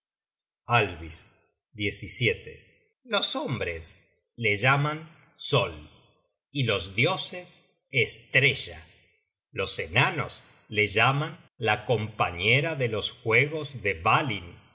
al vis los hombres le llaman sol y los dioses estrella los enanos le llaman la compañera de los juegos de dvalinn